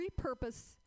repurpose